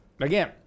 Again